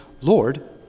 Lord